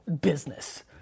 business